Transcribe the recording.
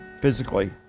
physically